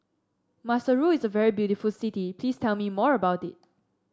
maseru is a very beautiful city please tell me more about it